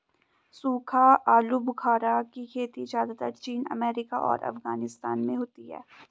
सूखा आलूबुखारा की खेती ज़्यादातर चीन अमेरिका और अफगानिस्तान में होती है